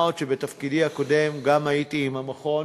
מה עוד שבתפקידי הקודם גם הייתי עם המכון